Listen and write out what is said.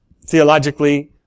theologically